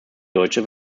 deutsche